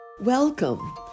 Welcome